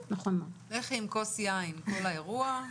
לך עם כוס יין כל האירוע.